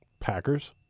Packers